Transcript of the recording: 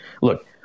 look